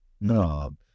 No